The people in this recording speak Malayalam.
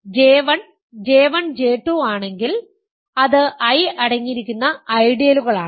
J1 J1 J2 ആണെങ്കിൽ അത് I അടങ്ങിയിരിക്കുന്ന ഐഡിയലുകളാണ്